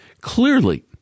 Clearly